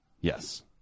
Yes